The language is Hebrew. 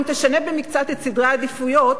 אם תשנה במקצת את סדרי העדיפויות,